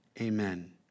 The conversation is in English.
Amen